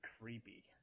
creepy